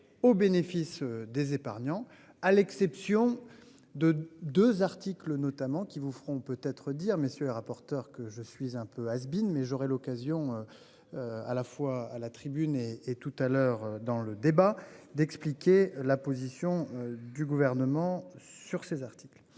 au bénéfice des épargnants, à l'exception. De 2 articles notamment qui vous feront peut être dire messieurs les rapporteurs que je suis un peu has been mais j'aurai l'occasion. À la fois à la tribune et et tout à l'heure dans le débat d'expliquer la position du gouvernement sur ces articles